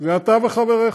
זה אתה וחבריך.